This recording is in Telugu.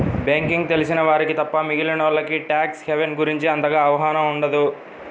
బ్యేంకింగ్ తెలిసిన వారికి తప్ప మిగిలినోల్లకి ట్యాక్స్ హెవెన్ గురించి అంతగా అవగాహన ఉండదు